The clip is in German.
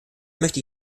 möchte